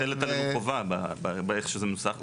מוטלת עלינו חובה באופן שזה נוסח.